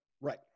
right